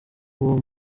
uwo